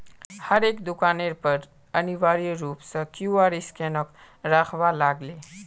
हरेक दुकानेर पर अनिवार्य रूप स क्यूआर स्कैनक रखवा लाग ले